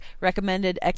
recommended